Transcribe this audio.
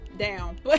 Down